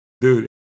dude